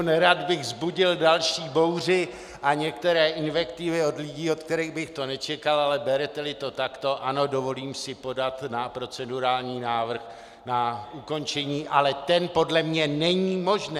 Nerad bych vzbudil další bouři a některé invektivy od lidí, od kterých bych to nečekal, ale bereteli to takto, ano, dovolím si podat procedurální návrh na ukončení ale ten podle mě není možný.